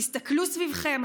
תסתכלו סביבכם,